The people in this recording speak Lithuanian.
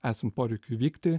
esant poreikiui vykti